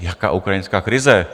Jaká ukrajinská krize?